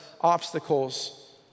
obstacles